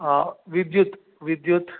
विद्युत् विद्युत्